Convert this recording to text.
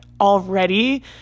already